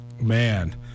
Man